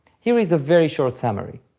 here is a very short summary